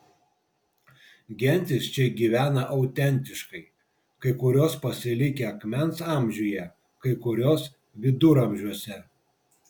gentys čia gyvena autentiškai kai kurios pasilikę akmens amžiuje kai kurios viduramžiuose